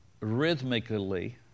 rhythmically